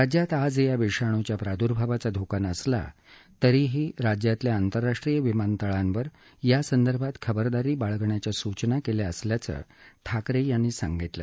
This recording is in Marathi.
राज्यात आज या विषाणूच्या प्रादुर्भावाचा धोका नसला तरीही राज्यातल्या आंतरराष्ट्रीय विमानतळांवर यासंदर्भात खबरदारी बाळगण्याच्या सूचना केल्या असल्याचं ठाकरे यांनी सांगितलं